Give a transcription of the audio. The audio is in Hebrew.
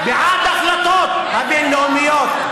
בעד ההחלטות הבין-לאומיות.